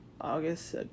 August